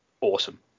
awesome